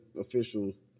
officials